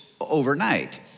overnight